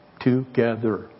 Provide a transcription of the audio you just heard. Together